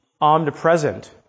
omnipresent